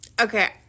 Okay